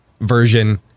version